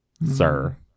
sir